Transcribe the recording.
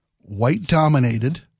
white-dominated